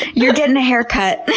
you're getting' a haircut.